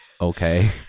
okay